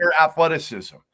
athleticism